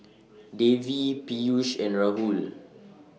Devi Peyush and Rahul